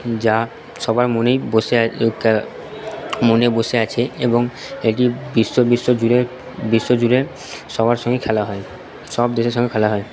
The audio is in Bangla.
যা সবার মনেই বসে মনে বসে আছে এবং এটি বিশ্ব বিশ্ব জুড়ে বিশ্ব জুড়ে সবার সঙ্গে খেলা হয় সব দেশের সঙ্গে খেলা হয়